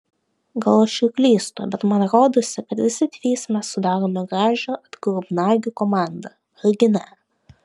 gal aš ir klystu bet man rodosi kad visi trys mes sudarome gražią atgrubnagių komandą argi ne